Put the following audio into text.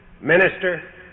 minister